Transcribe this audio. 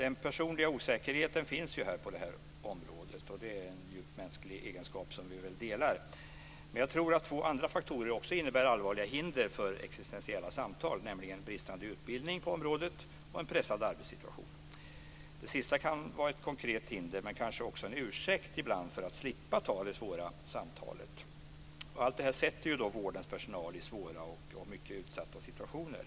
Den personliga osäkerheten finns ju på det här området, och det är en djupt mänsklig egenskap som vi väl delar, men jag tror att också två andra faktorer innebär allvarliga hinder för existentiella samtal, nämligen bristande utbildning på området och en pressad arbetssituation. Det sistnämnda kan vara ett konkret hinder men kan kanske också ibland bli en ursäkt för att slippa ta det svåra samtalet. Allt detta sätter vårdens personal i svåra och mycket utsatta situationer.